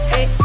Hey